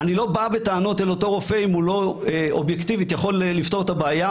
אני לא בא בטענות אל אותו רופא אם הלא יכול אובייקטיבית לפתור את הבעיה.